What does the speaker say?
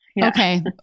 Okay